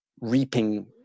reaping